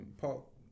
Paul